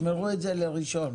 תשמרו את זה לראשון.